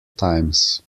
times